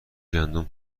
گندم